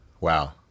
Wow